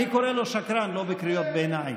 אני קורא לו "שקרן" לא בקריאות ביניים.